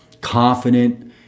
confident